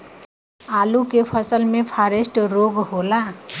आलू के फसल मे फारेस्ट रोग होला?